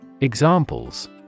Examples